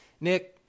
Nick